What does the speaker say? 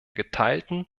geteilten